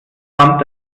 wand